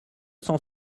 cent